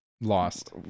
Lost